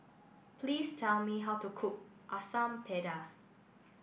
please tell me how to cook Asam Pedas